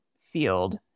field